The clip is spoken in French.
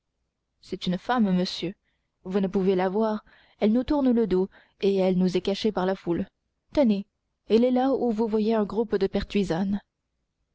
c'est une femme monsieur vous ne pouvez la voir elle nous tourne le dos et elle nous est cachée par la foule tenez elle est là où vous voyez un groupe de pertuisanes